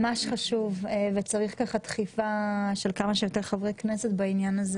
ממש חשוב וצריך דחיפה של כמה חברי כנסת בעניין.